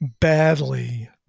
badly